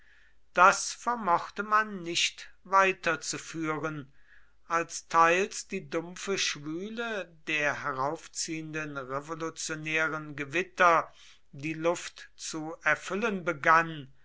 das vermochte man nicht weiterzuführen als teils die dumpfe schwüle der heraufziehenden revolutionären gewitter die luft zu erfüllen begann